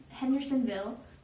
Hendersonville